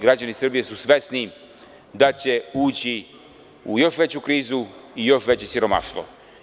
Građani Srbije su svesni da će ući u još veću krizu i još veće siromaštvo.